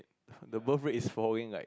the birth rate is falling like